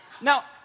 Now